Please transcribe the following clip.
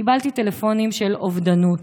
קיבלתי טלפונים על אובדנות.